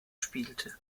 spielte